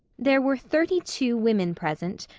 there were thirty-two women present,